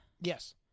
Yes